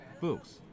books